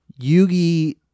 Yugi